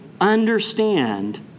understand